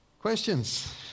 Questions